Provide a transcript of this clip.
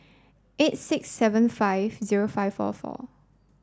eight six seven five zero five four four